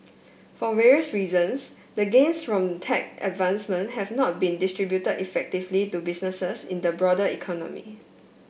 for various reasons the gains from tech advancement have not been distributed effectively to businesses in the broader economy